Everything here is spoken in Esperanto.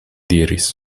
diris